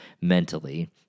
mentally